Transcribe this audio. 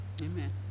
Amen